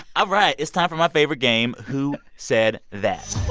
all right. it's time for my favorite game, who said that?